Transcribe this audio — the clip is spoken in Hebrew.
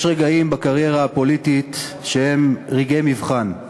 יש רגעים בקריירה הפוליטית שהם רגעי מבחן,